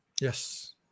Yes